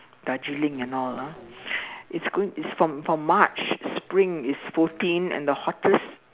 Darjeeling and all ah it's going it's for for March spring is fourteen and the hottest